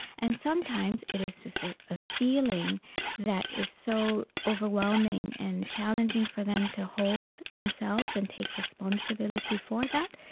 and sometimes it is just a ah feeling that is so overwhelming and challenging for them to hold themselves and take responsibility for that,